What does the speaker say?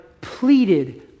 pleaded